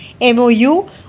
MOU